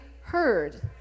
heard